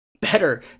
better